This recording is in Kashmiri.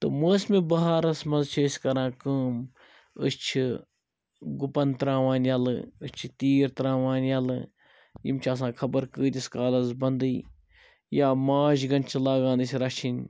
تہٕ موسمِ بَہارَس مَنٛز چھِ أسۍ کَران کٲم أسۍ چھِ گُپَن ترٛاوان یَلہٕ أسۍ چھِ تیٖر ترٛاوان یَلہٕ یِم چھِ آسان خَبَر کۭتِس کالَس بندٕے یا ماچھگَن چھِ لاگان أسی رَچھٕنۍ